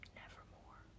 nevermore